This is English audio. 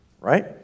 right